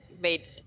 made